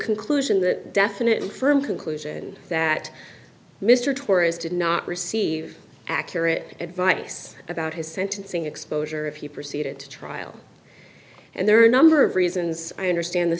conclusion that definite and firm conclusion that mr tourist did not receive accurate advice about his sentencing exposure if he proceeded to trial and there are a number of reasons i understand th